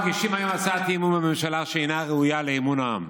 מגישים היום הצעת אי-אמון בממשלה שאינה ראויה לאמון העם.